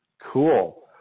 Cool